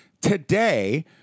today